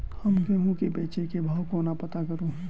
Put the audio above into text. हम गेंहूँ केँ बेचै केँ भाव कोना पत्ता करू?